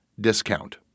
discount